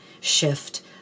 shift